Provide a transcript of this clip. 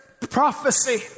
prophecy